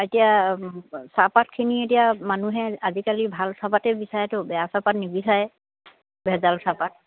এতিয়া চাহপাতখিনি এতিয়া মানুহে আজিকালি ভাল চাহপাতেই বিচাৰেতো বেয়া চাহপাত নিবিচাৰে ভেজাল চাহপাত